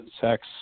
sex